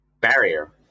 barrier